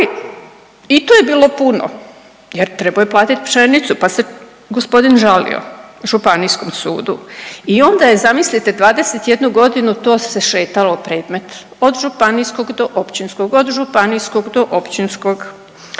to je bilo puno jer trebao je platiti pšenicu, pa gospodin žalio županijskom sudu i onda je zamislite 21 godinu to se šetalo predmet od županijskog do općinskog, od županijskog do općinskog i